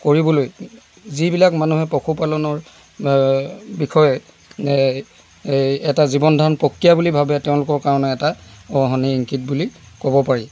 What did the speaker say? কৰিবলৈ যিবিলাক মানুহে পশুপালনৰ বিষয়ে এটা জীৱন ধাৰণ প্ৰক্ৰিয়া বুলি ভাৱে তেওঁলোকৰ কাৰণে এটা অশুৱনি ইংগিত বুলি ক'ব পাৰি